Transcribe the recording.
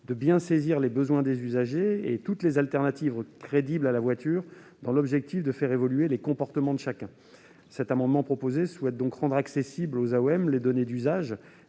de comprendre les besoins des usagers et de rechercher toutes les alternatives crédibles à la voiture, dans l'objectif de faire évoluer les comportements de chacun. Cet amendement entend donc rendre accessibles aux AOM les données d'usage